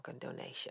donation